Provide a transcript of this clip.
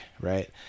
right